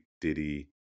Diddy